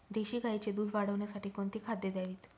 देशी गाईचे दूध वाढवण्यासाठी कोणती खाद्ये द्यावीत?